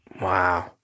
Wow